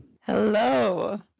Hello